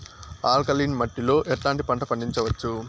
Alkaline మట్టి లో ఎట్లాంటి పంట పండించవచ్చు,?